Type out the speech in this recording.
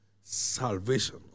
salvation